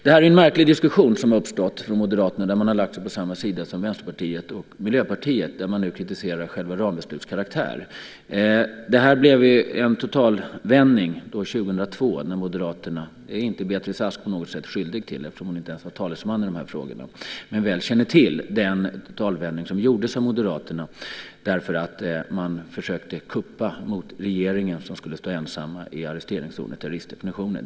Det är en märklig diskussion som här har uppstått från Moderaterna, där man har lagt sig på samma sida som Vänsterpartiet och Miljöpartiet och nu kritiserar själva rambeslutets karaktär. Det blev en totalvändning år 2002 från Moderaternas sida, vilket inte Beatrice Ask på något sätt är skyldig till, eftersom hon inte var talesman i de här frågorna. Men Beatrice känner mycket väl till den totalvändning som Moderaterna gjorde när man försökte kuppa mot regeringen, så att den skulle stå ensam i arresteringszonen enligt terroristdefinitionen.